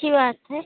अच्छी बात है